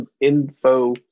info